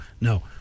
No